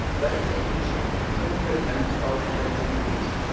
that is a two hundred and twelve point increase,